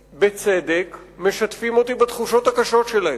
בצדק, משתפים אותי בתחושות הקשות שלהם.